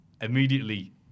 immediately